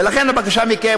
ולכן הבקשה מכם,